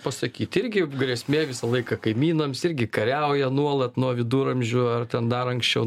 pasakyti irgi grėsmė visą laiką kaimynams irgi kariauja nuolat nuo viduramžių ar ten dar anksčiau